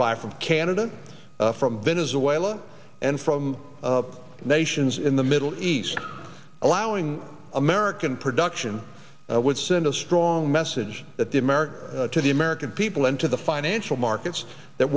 buy from canada from venezuela and from up nations in the middle east allowing american production would send a strong message that the american to the american people and to the financial markets that